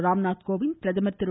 ராம்நாத் கோவிந்த் பிரதமர் திரு